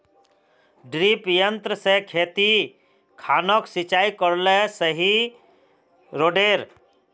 डिरिपयंऋ से खेत खानोक सिंचाई करले सही रोडेर?